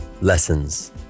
Lessons